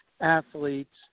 athletes